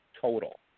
total